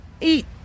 eat